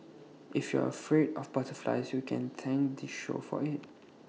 if you're afraid of butterflies you can thank this show for IT